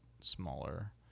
smaller